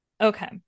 Okay